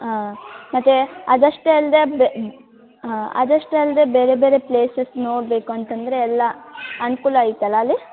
ಹಾಂ ಮತ್ತೆ ಅದಷ್ಟೇ ಅಲ್ಲದೇ ಹಾಂ ಅದಷ್ಟೇ ಅಲ್ಲದೇ ಬೇರೆ ಬೇರೆ ಪ್ಲೇಸಸ್ ನೋಡಬೇಕು ಅಂತಂದರೆ ಎಲ್ಲ ಅನುಕೂಲ ಐತಲ್ವ ಅಲ್ಲಿ